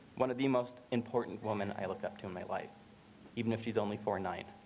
one of the most important woman i look up to my wife even if she's only for nine.